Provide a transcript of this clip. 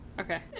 Okay